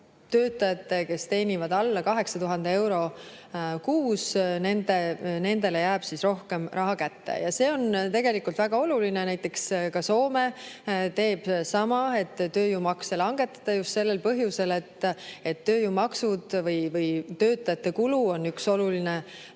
töötajatele, kes teenivad alla 8000 euro kuus, jääb rohkem raha kätte. See on tegelikult väga oluline, näiteks ka Soome teeb sama, et tööjõumakse langetada just sellel põhjusel, et tööjõumaksud või töötajate kulu on üks oluline